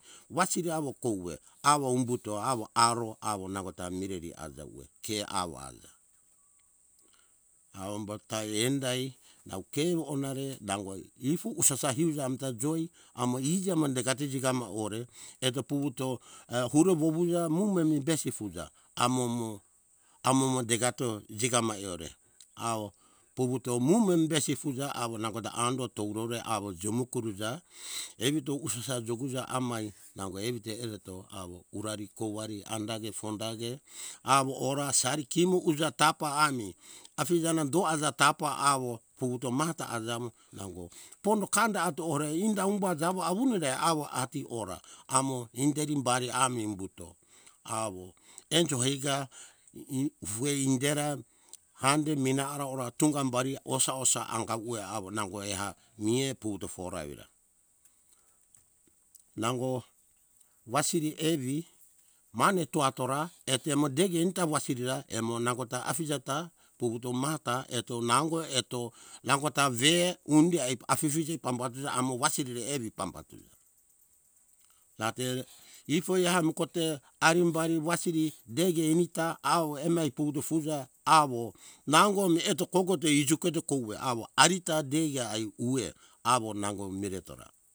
Wasiri awo kouwe awo umbuto awo aro awo nangota mireri aja uwe ke awana au umbato endai nau ke onare nango ifu usasa hiuja amta joi amo isi ama degato jigama ore eto puvuto err ure wuwuja mue mi besi fuja amomo amo degato jigamo eora awo puvuto muem besi fuja awo nangota ando tourore awo jumu kuruja evito usasa juguja amai nango evite ereto awo urari kouari andage fondage awo ora asari kemu uja tapa ami afije na do aja tapa awo puvuto mahata ajamo nango pondo kando ato ore inda umba jawo awunore awo ati ora amo inderi bari ami umbuto awo enjo heiga in indera hande mina ara ora tunga bari osa osa anga uwe awo nango eha mihe puvuto fora evira nango wasiri evi mane to atora ete mo dege enite wasiri ra emo nangota afije ta puvuto mahata eto nango eto nangota vehe undi afifije pambatuja amo wasiri evi pambatuja rate ifoi am kote arimbari wasiri deige emita awo emei puvuto fuza awo nango meheto kogote te uja keto kouwe awo arita kege ai kuwe awo nango mire tora